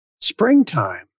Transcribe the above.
springtime